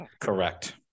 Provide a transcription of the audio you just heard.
Correct